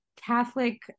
Catholic